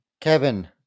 Kevin